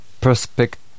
perspective